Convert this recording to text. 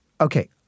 Okay